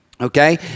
Okay